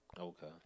Okay